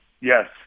yes